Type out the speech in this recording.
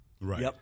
Right